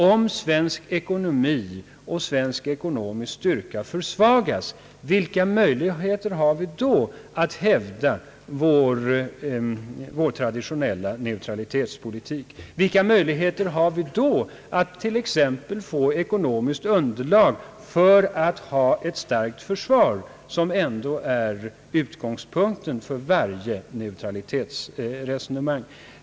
Om svensk ekonomi och svensk ekonomisk styrka försvagas: Vilka möjligheter har vi då att hävda vår traditionella neutralitetspolitik? Vilka möjligheter har vi då att t. ex, få ekonomiskt underlag för att ha ett starkt försvar, som ju ändå är utgångspunkten för varje neutralitetsresonemang.